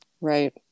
Right